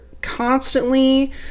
constantly